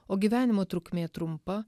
o gyvenimo trukmė trumpa